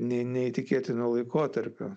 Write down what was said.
ne neįtikėtino laikotarpio